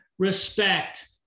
respect